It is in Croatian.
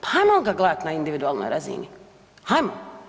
Pa hajmo ga gledat na individualnoj razini, hajmo.